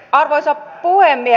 arvoisa puhemies